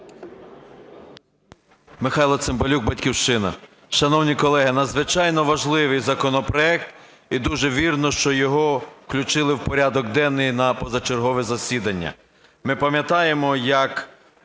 Михайло Цимбалюк, "Батьківщина". Шановні колеги, надзвичайно важливий законопроект. І дуже вірно, що його включили в порядок денний на позачергове засідання. Ми пам'ятаємо, як